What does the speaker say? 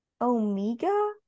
omega